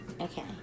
Okay